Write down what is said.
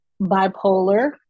bipolar